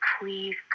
please